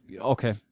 Okay